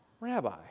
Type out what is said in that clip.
rabbi